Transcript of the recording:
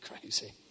crazy